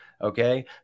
Okay